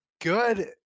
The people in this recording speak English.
good